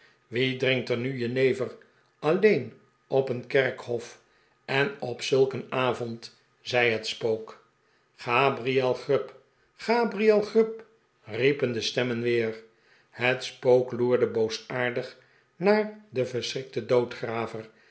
wie drinkt er nu jenever alleen op een kerkhof en op zulk een avond zei het spook gabriel grub gabriel grub riepen de stemmen weer het spook loerde boosaardig naar den verschrikten